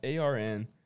ARN